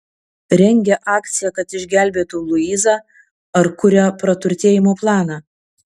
rengia akciją kad išgelbėtų luizą ar kuria praturtėjimo planą